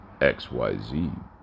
XYZ